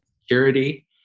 security